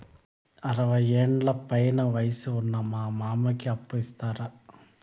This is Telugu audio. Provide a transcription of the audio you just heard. అరవయ్యేండ్ల పైన వయసు ఉన్న మా మామకి అప్పు ఇస్తారా